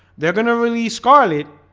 they're gonna release call it,